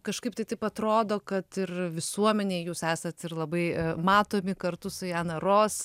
kažkaip tai taip atrodo kad ir visuomenėj jūs esat ir labai matomi kartu su jana ros